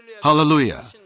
Hallelujah